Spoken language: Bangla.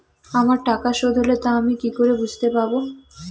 আমার টাকা শোধ হলে তা আমি কি করে বুঝতে পা?